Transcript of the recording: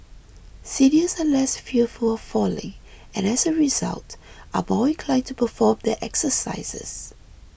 seniors are less fearful of falling and as a result are more inclined to perform their exercises